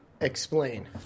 Explain